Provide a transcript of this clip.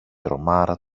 τρομάρα